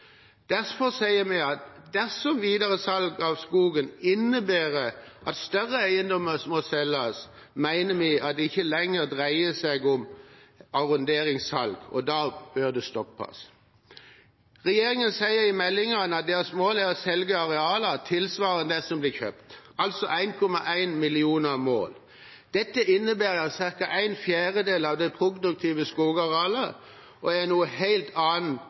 Derfor mener vi at dersom videre salg av skogen innebærer at større eiendommer må selges, dreier det seg ikke lenger om arronderingssalg, og da bør det stoppes. Regjeringen sier i meldingen at deres mål er å selge arealer tilsvarende det som ble kjøpt, altså 1,1 millioner mål. Dette innebærer ca. ¼ av det produktive skogarealet og er noe helt annet